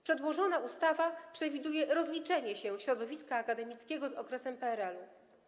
Przedłożona ustawa przewiduje rozliczenie się środowiska akademickiego z okresem PRL-u.